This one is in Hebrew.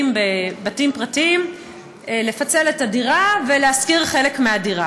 בבתים פרטיים לפצל את הדירה ולהשכיר חלק ממנה.